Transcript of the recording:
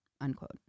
Unquote